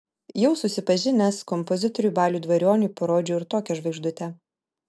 jau susipažinęs kompozitoriui baliui dvarionui parodžiau ir tokią žvaigždutę